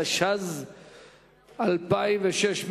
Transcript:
התשס"ז 2006,